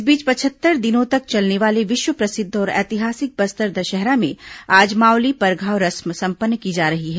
इस बीच पचहत्तर दिनों तक चलने वाले विश्व प्रसिद्ध और ऐतिहासिक बस्तर दशहरा में आज मावली परघाव रस्म संपन्न की जा रही है